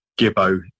Gibbo